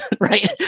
Right